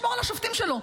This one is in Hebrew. השופטים שלו,